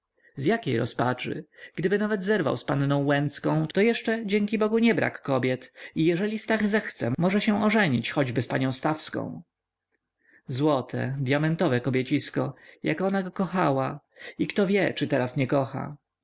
z jakiej rozpaczy gdyby nawet zerwał z panną łęcką to jeszcze dzięki bogu niebrak kobiet i jeżeli stach zechce może się ożenić choćby z panią stawską złote dyamentowe kobiecisko jak ona go kochała i kto wie czy teraz nie kocha